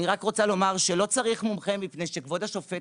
אני רק רוצה לומר שלא צריך מומחה מפני שכבוד השופט